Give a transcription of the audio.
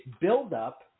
build-up